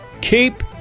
keep